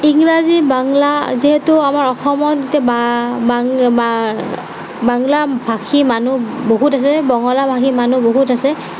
ইংৰাজী বাংলা যিহেতু আমাৰ অসমতে বা বাংলা ভাষী মানুহ বহুত আছে বঙলা ভাষী মানুহ বহুত আছে